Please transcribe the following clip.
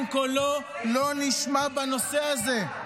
קולו עדיין לא נשמע בנושא הזה.